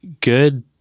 good